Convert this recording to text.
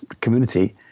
community